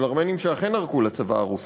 של ארמנים שאכן ערקו לצבא הרוסי,